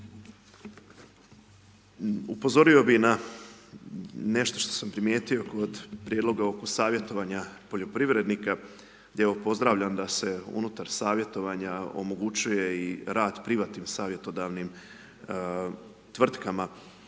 Upozorio bi na nešto što sam primijetio kod prijedloga oko savjetovanja poljoprivrednika gdje pozdravljam da se unutar savjetovanja omogućuje i rad privatnim savjetodavnim tvrtkama